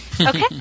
Okay